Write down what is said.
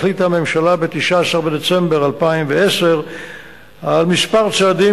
החליטה הממשלה ב-19 בדצמבר 2010 על כמה צעדים